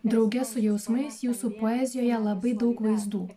drauge su jausmais jūsų poezijoje labai daug vaizdų